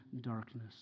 darkness